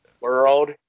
world